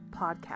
podcast